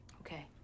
Okay